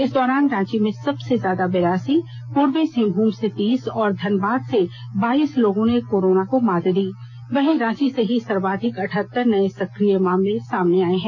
इस दौरान रांची में सबसे ज्यादा बिरासी पूर्वी सिंहभूम से तीस और धनबाद से बाइस लोगों ने कोरोना को मात दी वहीं रांची से ही सर्वाधिक अठत्तर नए सक्रिय मामले सामने आए हैं